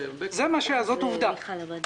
זאת עובדה.